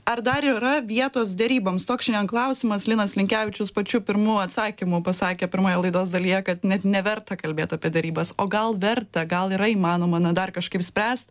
ar dar yra vietos deryboms toks šiandien klausimas linas linkevičius pačiu pirmu atsakymu pasakė pirmoje laidos dalyje kad net neverta kalbėt apie derybas o gal verta gal yra įmanoma na dar kažkaip spręst